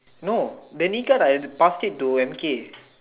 no the knee guard I pass it to M_K